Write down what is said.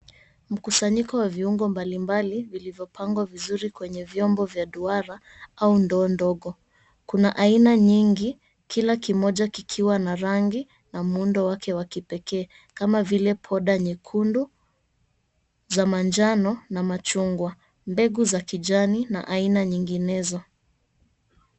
Mkusanyiko wa viungo mbali mbali vilivyopangwa kwenye vyombo vya duara au ndoo ndogo. Kuna aina nyingi, kila kimoja kikiwa na rangi na muundo wake wa kipekee kama vile poda nyekundu za manjano na machungwa. Mbegu za kijani na aina nyinginezo.